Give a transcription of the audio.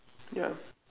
ya